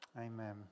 Amen